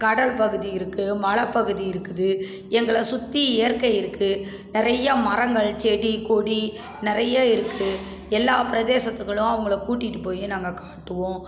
கடல்பகுதி இருக்குது மலைப்பகுதி இருக்குது எங்களை சுற்றி இயற்கை இருக்குது நிறையா மரங்கள் செடி கொடி நிறைய இருக்குது எல்லா பிரதேசத்துகளும் அவங்கள கூட்டிகிட்டுப் போய் நாங்கள் காட்டுவோம்